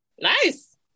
Nice